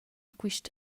quist